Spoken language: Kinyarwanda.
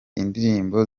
indirimbo